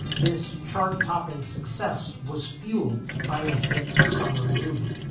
this chart topping success was fueled by a hit summer movie,